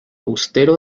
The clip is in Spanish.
austero